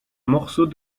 morceau